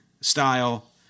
style